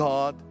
God